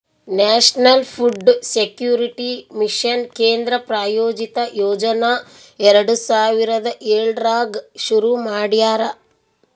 national food security mission ಕೇಂದ್ರ ಪ್ರಾಯೋಜಿತ ಯೋಜನಾ ಎರಡು ಸಾವಿರದ ಏಳರಾಗ್ ಶುರು ಮಾಡ್ಯಾರ